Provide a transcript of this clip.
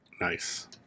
Nice